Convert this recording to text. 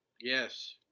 Yes